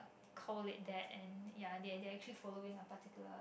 call it that and ya they they actually following the particular